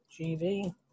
GV